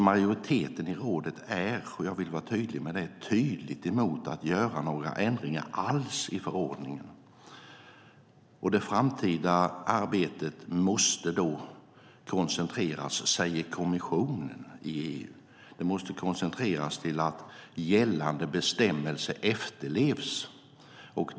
Majoriteten i rådet är - jag vill vara tydlig med detta - emot att göra några ändringar alls i förordningen. Det framtida arbetet måste då koncentreras, säger kommissionen, till att gällande bestämmelser efterlevs.